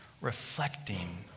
reflecting